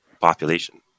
population